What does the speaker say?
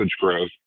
growth